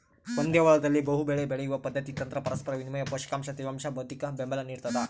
ಒಂದೇ ಹೊಲದಲ್ಲಿ ಬಹುಬೆಳೆ ಬೆಳೆಯುವ ಪದ್ಧತಿ ತಂತ್ರ ಪರಸ್ಪರ ವಿನಿಮಯ ಪೋಷಕಾಂಶ ತೇವಾಂಶ ಭೌತಿಕಬೆಂಬಲ ನಿಡ್ತದ